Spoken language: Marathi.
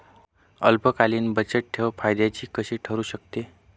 अल्पकालीन बचतठेव फायद्याची कशी ठरु शकते?